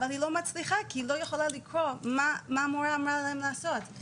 אבל היא לא מצליחה כי היא לא יכולה לקרוא מה המורה אמרה להם לעשות,